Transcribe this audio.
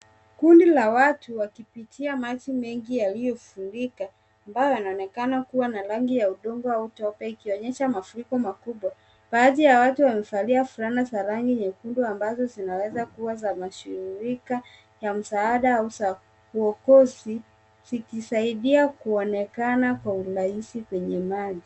Kundi la watu wakipita maji mengi yaliyofurika ambayo yanaonekana kuwa na rangi ya udongo au tope ikionyesha mafurikomakubwa .Baadhi ya watu wamevalia fulana za rangi nyekundu ambazo zinaweza kuwa ya mashirika ya msaada au za uokozi zikisaidia kuonekana kwa urahisi kwenye maji.